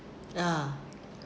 ya